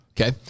Okay